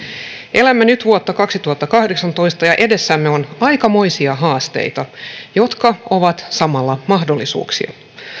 elämme nyt vuotta kaksituhattakahdeksantoista ja edessämme on aikamoisia haasteita jotka ovat samalla mahdollisuuksia